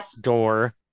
door